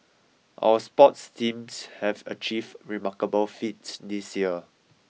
our sports teams have achieved remarkable feats this year